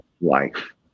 life